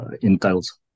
entails